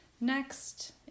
Next